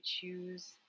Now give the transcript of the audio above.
choose